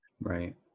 Right